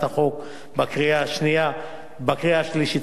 החוק בקריאה השנייה ובקריאה השלישית.